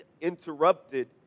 interrupted